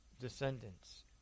descendants